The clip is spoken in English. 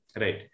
right